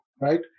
right